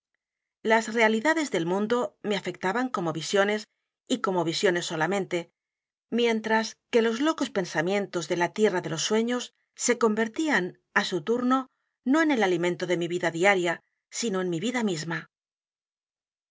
las realidades del mundo me afectaban como visiones y como visiones solamente mientras que los locos p e n s a m i e n tos de la tierra d é l o s sueños se convertían á su t u r n o no en el alimento de mi vida diaria sino en mi vida misma